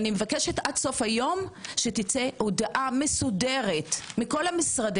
אני מבקשת עד סוף היום שתצא הודעה מסודרת מכל משרדי